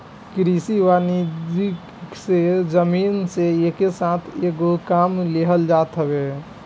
कृषि वानिकी से जमीन से एके साथ कएगो काम लेहल जात हवे